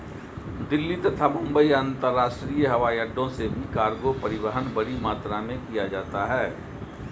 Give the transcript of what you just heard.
दिल्ली तथा मुंबई अंतरराष्ट्रीय हवाईअड्डो से भी कार्गो परिवहन बड़ी मात्रा में किया जाता है